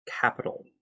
capital